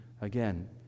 again